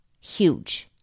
huge